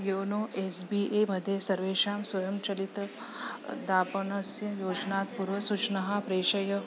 YONO S B A मध्ये सर्वेषां स्वयंलितदानपत्रस्य योजनात् पुर्वसूचनाः प्रेषय